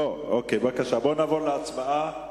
נעבור להצבעה.